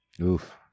Oof